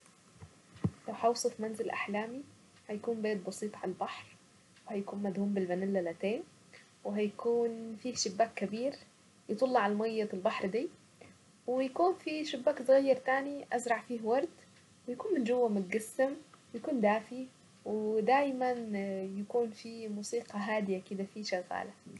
اكتر مشروب مفضل بالنسبة لي هو الشاي بالنعناع الشاي اولا له فوايد وبيخليك مصحصح وفي نفس الوقت النعناع بيدي له نكهة مميزة تحضيره بسيط يعني هي كوباية شاي تحط فيها عود نعناع وخلاص عملنا الشاي بالنعناع فيعني بيخلي الواحد دايما كده في مزاج حلو دايما مزاجه مش متعكر.